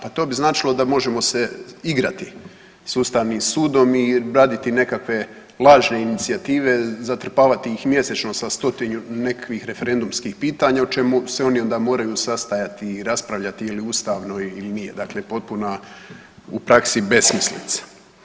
Pa to bi značilo da možemo se igrati s Ustavnim sudom i raditi nekakve lažne inicijative, zatrpavati ih mjesečno sa stotinu nekakvih referendumskih pitanja o čemu se onda oni moraju sastajati i raspravljati je li ustavno ili nije, dakle potpuna u praksi besmislica.